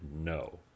no